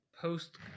post